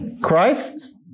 Christ